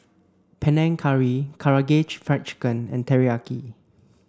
Panang Curry Karaage Fried Chicken and Teriyaki